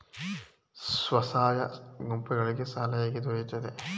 ಸ್ವಸಹಾಯ ಗುಂಪುಗಳಿಗೆ ಸಾಲ ಹೇಗೆ ದೊರೆಯುತ್ತದೆ?